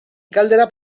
galdera